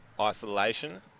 isolation